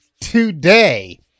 today